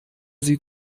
sie